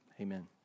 amen